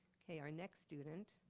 okay, our next student